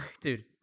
Dude